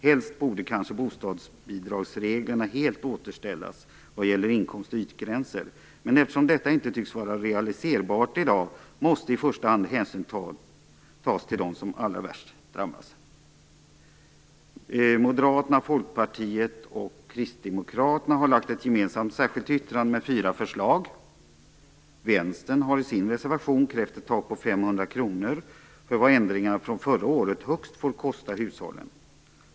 Helst borde kanske bostadsbidragsreglerna helt återställas vad gäller inkomst och ytgränser, men eftersom detta inte tycks vara realiserbart i dag, måste i första hand hänsyn tas till dem som drabbas allra värst. Moderaterna, Folkpartiet och Kristdemokraterna har ett gemensamt särskilt yttrande med fyra förslag. Vänstern har i sin reservation krävt ett tak på 500 kr för vad ändringar från förra året som högst får kosta hushållen.